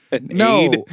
No